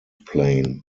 plane